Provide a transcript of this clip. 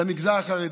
למגזר החרדי.